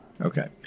Okay